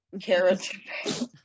carrots